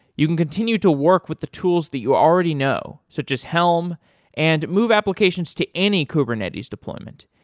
you can continue to work with the tools that you already know, such as helm and move applications to any kubernetes deployment.